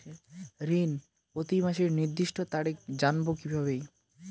ঋণ প্রতিমাসের নির্দিষ্ট তারিখ জানবো কিভাবে?